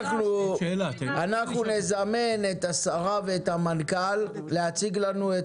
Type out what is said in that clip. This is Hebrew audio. אנחנו נזמן את השרה ואת המנכ"ל להציג לנו את